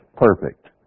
perfect